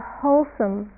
wholesome